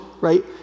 right